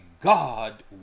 God